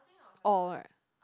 or